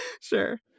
Sure